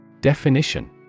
Definition